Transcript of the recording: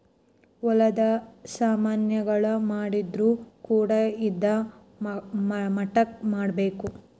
ಹೊಲದ ಸಾಮನ್ ಗಳು ಮಾಡಿದ್ರು ಕೂಡ ಇದಾ ಮಟ್ಟಕ್ ಮಾಡ್ಬೇಕು